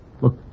Look